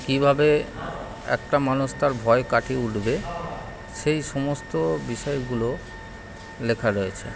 কীভাবে একটা মানুষ তার ভয় কাটিয়ে উঠবে সেই সমস্ত বিষয়গুলো লেখা রয়েছে